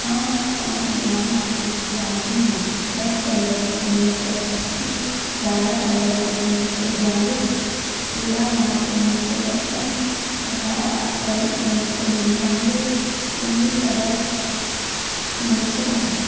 हाँ मैं पाँच दिनांक को जानती हूँ दस जनवरी उन्नीस सौ अस्सी ग्यारह फ़रवरी उन्नीस सौ बयालिस तेरह मार्च उन्नीस सौ पचपन अठारह अप्रैल उन्नीस सौ निन्यानबे उन्नीस अगस्त उन्नीस सौ नब्बे